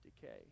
decay